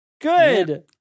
Good